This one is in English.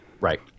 Right